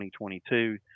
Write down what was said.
2022